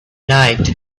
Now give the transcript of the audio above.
night